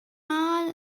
mal